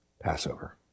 Passover